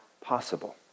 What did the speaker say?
possible